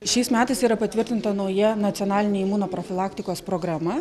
šiais metais yra patvirtinta nauja nacionalinė imunoprofilaktikos programa